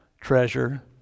treasure